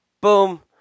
boom